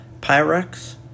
Pyrex